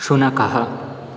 शुनकः